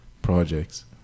Projects